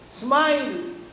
Smile